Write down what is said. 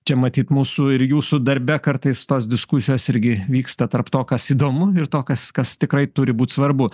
čia matyt mūsų ir jūsų darbe kartais tos diskusijos irgi vyksta tarp to kas įdomu ir to kas kas tikrai turi būt svarbu